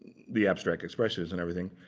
the abstract expressionists and everything,